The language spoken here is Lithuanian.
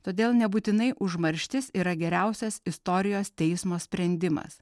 todėl nebūtinai užmarštis yra geriausias istorijos teismo sprendimas